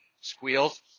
squeals